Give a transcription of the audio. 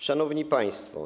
Szanowni Państwo!